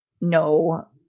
no